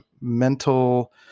mental